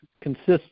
consists